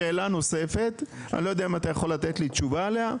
שאלה נוספת ואני לא יודע אם אתה יכול לתת לי תשובה עליה: